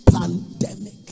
pandemic